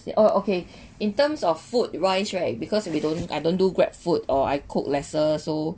oh okay in terms of food rice right because we don't I don't do Grab food or I cook lesser so